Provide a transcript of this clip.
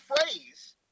phrase